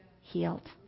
healed